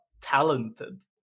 talented